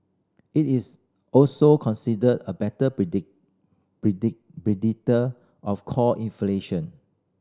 it is also considered a better predict predict predictor of core inflation